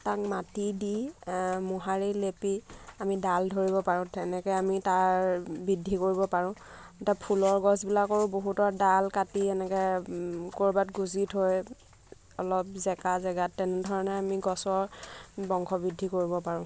তাক মাটি দি মোহাৰি লেপি আমি ডাল ধৰিব পাৰোঁ তেনেকৈ আমি তাৰ বৃদ্ধি কৰিব পাৰোঁ এতিয়া ফুলৰ গছবিলাকৰো বহুতৰ ডাল কাটি এনেকৈ ক'ৰবাত গুজি থৈ অলপ জেকা জেগাত তেনেধৰণে আমি গছৰ বংশবৃদ্ধি কৰিব পাৰোঁ